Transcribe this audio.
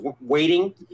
waiting